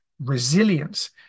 resilience